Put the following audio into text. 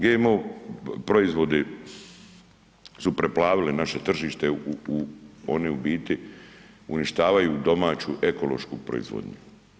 GMO proizvodi su preplavili naše tržište, oni u biti uništavaju domaću ekološku proizvodnju.